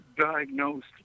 diagnosed